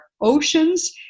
oceans